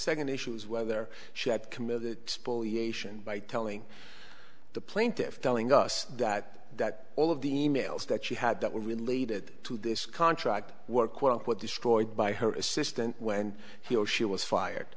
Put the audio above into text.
second issue is whether she had committed spoliation by telling the plaintiff's telling us that that all of the e mails that she had that were related to this contract were quote unquote destroyed by her assistant when he or she was fired